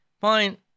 Fine